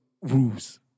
rules